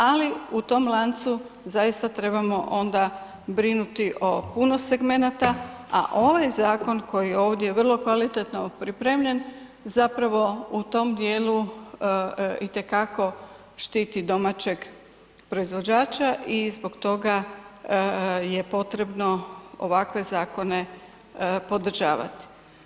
Ali u tom lancu zaista trebamo onda brinuti o puno segmenata a ovaj zakon koji je ovdje vrlo kvalitetno pripremljen, zapravo u tom djelu itekako štiti domaćeg proizvođača i zbog toga je potrebno ovakve zakone podržavati.